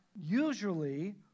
usually